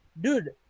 Dude